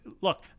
Look